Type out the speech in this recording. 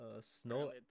Snow